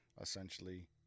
essentially